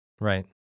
right